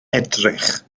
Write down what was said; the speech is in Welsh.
edrych